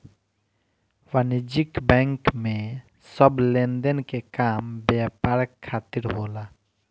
वाणिज्यिक बैंक में सब लेनदेन के काम व्यापार खातिर होला